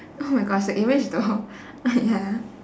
oh my gosh the image though but ya